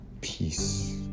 peace